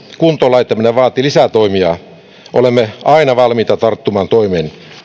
kuntoon laittaminen vaatii lisätoimia olemme aina valmiita tarttumaan toimeen